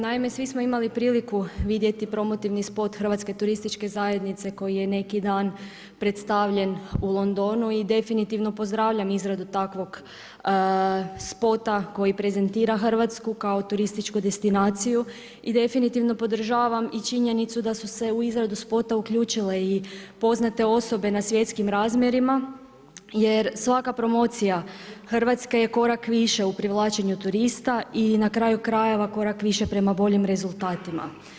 Naime, svi smo imali priliku vidjeti promotivni spot Hrvatske turističke zajednice koji je neki dan predstavljen u Londonu i definitivno pozdravljam izradu takvog spota koji prezentira Hrvatsku kao turističku destinaciju i definitivno podržavam i činjenicu da su se u izradu spota uključile i poznate osobe na svjetskim razmjerima jer svaka promocija Hrvatske je korak više u privlačenju turista i na kraju krajeva korak više prema boljim rezultatima.